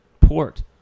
port